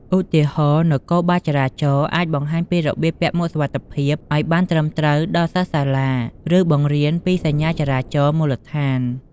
ឧទាហរណ៍ នគរបាលចរាចរណ៍អាចបង្ហាញពីរបៀបពាក់មួកសុវត្ថិភាពឲ្យបានត្រឹមត្រូវដល់សិស្សសាលា ឬបង្រៀនពីសញ្ញាចរាចរណ៍មូលដ្ឋាន។